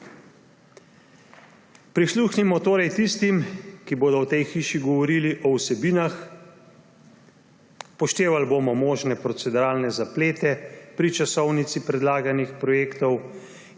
Prisluhnimo torej tistim, ki bodo v tej hiši govorili o vsebinah. Upoštevali bomo možne proceduralne zaplete pri časovnici predlaganih projektov